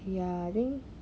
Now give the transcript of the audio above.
ya I think